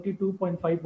22.5%